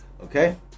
Okay